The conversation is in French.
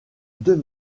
deux